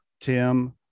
tim